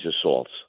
assaults